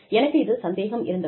எனக்கு இதில் சந்தேகம் இருந்தது